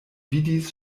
vidis